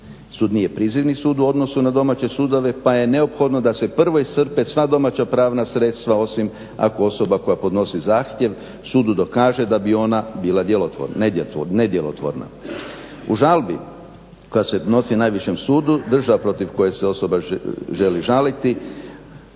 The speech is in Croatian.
Sud nije prizivni sud u odnosu na domaće sudove pa je neophodno da se prvo iscrpe sva domaća pravna sredstva, osim ako osoba koja podnosi zahtjev sudu dokaže da bi ona bila nedjelotvorna. U žalbi koja se nosi najvišem sudu, država protiv koje se osoba želi žaliti,